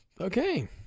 okay